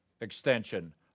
extension